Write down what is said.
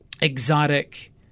exotic